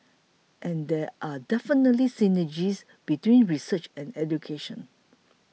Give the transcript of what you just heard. and there are definitely synergies between research and education